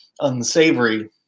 unsavory